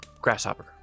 grasshopper